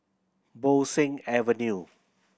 Bo Seng Avenue